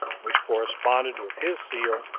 which corresponded with his seal,